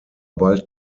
bald